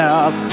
up